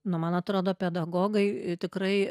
nu man atrodo pedagogai tikrai